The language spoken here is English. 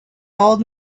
old